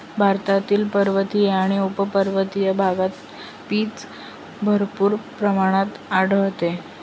भारतातील पर्वतीय आणि उपपर्वतीय भागात पीच भरपूर प्रमाणात आढळते